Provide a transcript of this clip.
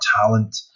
talent